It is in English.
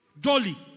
Dolly